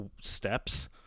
steps